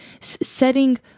setting